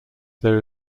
there